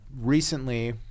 recently